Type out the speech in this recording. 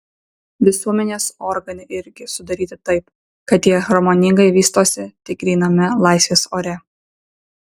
visuomenės organai irgi sudaryti taip kad jie harmoningai vystosi tik gryname laisvės ore